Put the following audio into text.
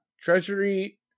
Treasury